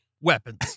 weapons